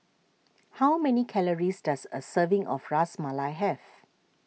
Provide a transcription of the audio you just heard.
how many calories does a serving of Ras Malai have